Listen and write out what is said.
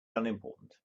unimportant